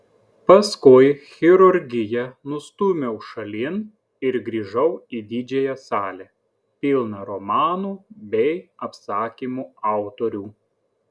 paskui chirurgiją nustūmiau šalin ir grįžau į didžiąją salę pilną romanų bei apsakymų autorių